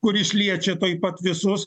kuris liečia tuoj pat visus